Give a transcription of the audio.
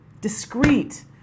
discrete